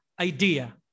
idea